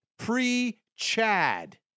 pre-Chad